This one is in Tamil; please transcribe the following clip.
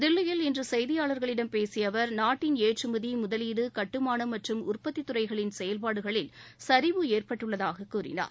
தில்லியில் இன்று செய்தியாளர்களிடம் பேசிய அவர் நாட்டின் ஏற்றுமதி முதவீடு கட்டுமானம் மற்றும் உற்பத்தி துறைகளின் செயல்பாடுகளில் சரிவு ஏற்பட்டுள்ளதாக கூறினார்